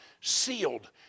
sealed